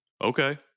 Okay